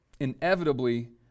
inevitably